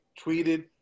tweeted